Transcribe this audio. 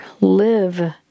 live